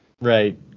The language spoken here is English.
Right